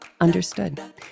Understood